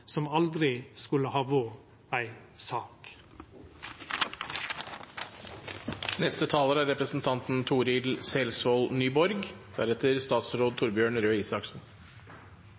som aldri skulle ha vore ei sak. Det er